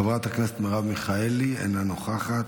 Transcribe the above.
חברת הכנסת מרב מיכאלי, אינה נוכחת.